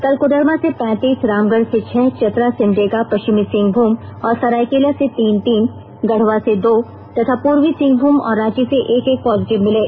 कल कोडरमा से पैंतीस रामगढ़ से छह चतरा सिमडेगा पष्चिमी सिंहभूम और सरायकेला से तीन तीन गढ़वा से दो तथा पूर्वी सिंहभूम और रांची से एक एक पॉजिटिव मिले